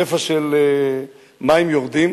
שפע של מים יורדים,